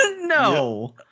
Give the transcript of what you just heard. No